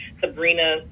Sabrina